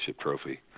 trophy